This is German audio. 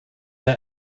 der